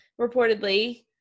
Reportedly